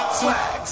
swag